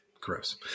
gross